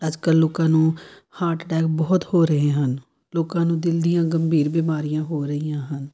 ਅੱਜ ਕੱਲ੍ਹ ਲੋਕਾਂ ਨੂੰ ਹਾਰਟ ਅਟੈਕ ਬਹੁਤ ਹੋ ਰਹੇ ਹਨ ਲੋਕਾਂ ਨੂੰ ਦਿਲ ਦੀਆਂ ਗੰਭੀਰ ਬਿਮਾਰੀਆਂ ਹੋ ਰਹੀਆਂ ਹਨ